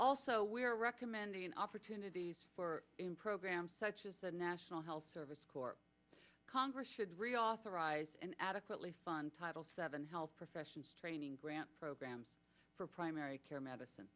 also we are recommending opportunities for programs such as the national health service corps congress should reauthorize and adequately fund title seven health professions training grant programs for primary care medicine